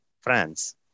France